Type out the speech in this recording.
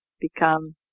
become